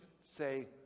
say